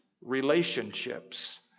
relationships